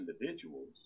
individuals